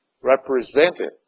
represented